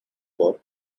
for